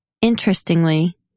Interestingly